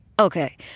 okay